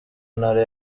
ntara